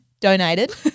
donated